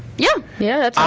yeah. yeah, that's